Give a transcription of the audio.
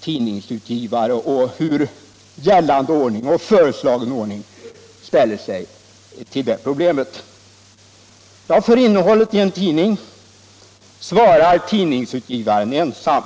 tidningsutgivare utformas i gällande och i föreslagen ordning. För innehållet i en tidning svarar tidningsutgivaren ensam.